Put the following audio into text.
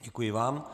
Děkuji vám.